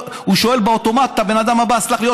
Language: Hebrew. הוא שואל באוטומט את הבן אדם הבא: סלח לי,